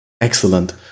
Excellent